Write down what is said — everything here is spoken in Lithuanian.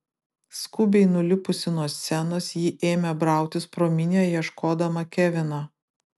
skubiai nulipusi nuo scenos ji ėmė brautis pro minią ieškodama kevino